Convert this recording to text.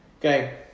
okay